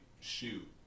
shoot